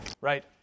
Right